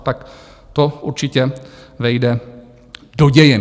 Tak to určitě vejde do dějin;